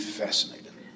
fascinated